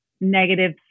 negative